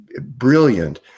brilliant